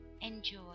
Enjoy